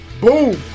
Boom